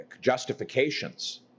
justifications